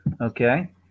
Okay